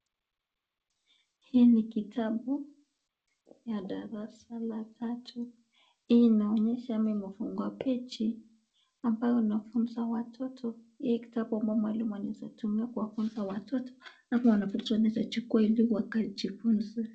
Hii ni kitabu ya darasa la tatu. Hii inaonyesha amefungua pechi ambao anafunza watoto. Hii kitabu ambayo mwalimu anatumia kufunza watoto ama wanafunzi wanaweza chukua ili wakaijifunze.